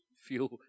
feel